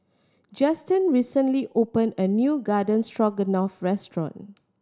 Juston recently opened a new Garden Stroganoff restaurant